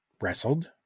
wrestled